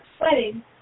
Wedding